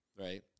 right